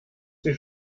sie